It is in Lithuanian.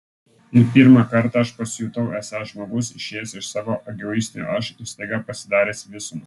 ir pirmą kartą aš pasijutau esąs žmogus išėjęs iš savo egoistinio aš ir staiga pasidaręs visuma